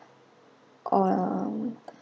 oh um